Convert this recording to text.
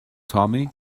tommy